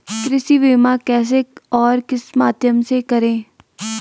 कृषि बीमा कैसे और किस माध्यम से करें?